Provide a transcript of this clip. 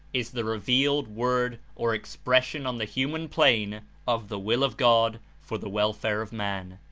is the revealed word or expression on the human plane of the will of god for the welfare of man.